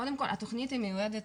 קודם כל התכנית מיועדת,